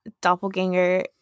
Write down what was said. doppelganger